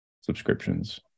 subscriptions